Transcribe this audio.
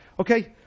Okay